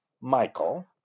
Michael